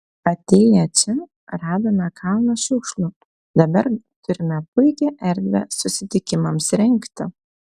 atėję čia radome kalną šiukšlių dabar turime puikią erdvę susitikimams rengti